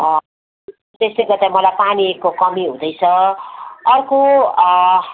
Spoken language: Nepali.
त्यसले गर्दा मलाई पानीको कमी हुँदैछ अर्को